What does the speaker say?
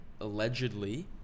allegedly